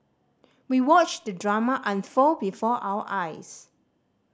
we watched the drama unfold before our eyes